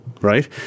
right